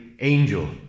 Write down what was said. angel